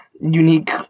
unique